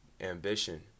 ambition